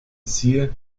siehe